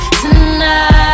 tonight